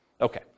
Okay